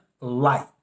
Light